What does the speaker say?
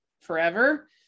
forever